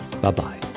Bye-bye